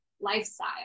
lifestyle